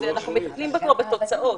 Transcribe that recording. אנחנו מטפלים בתוצאות.